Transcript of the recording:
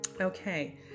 Okay